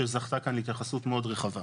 שזכתה כאן להתייחסות מאוד רחבה.